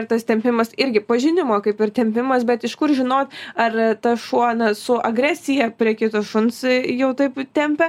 ir tas tempimas irgi pažinimo kaip ir tempimas bet iš kur žinot ar tas šuo na su agresija prie kito šuns jau taip tempia